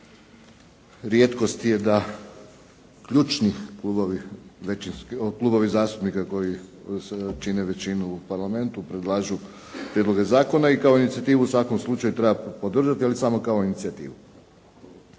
praksi rijetkost je da ključni većinski, klubovi zastupnika koji čine većinu u Parlamentu predlažu prijedloge zakona i kao inicijativu u svakom slučaju treba podržati ali samo kao inicijativu.